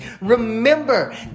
Remember